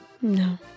No